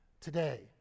today